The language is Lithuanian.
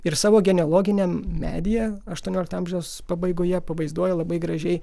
ir savo genealoginiam medyje aštuoniolikto amžiaus pabaigoje pavaizduoja labai gražiai